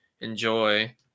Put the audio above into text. enjoy